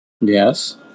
Yes